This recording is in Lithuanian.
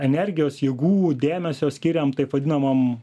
energijos jėgų dėmesio skiriam taip vadinamom